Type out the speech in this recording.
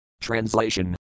Translation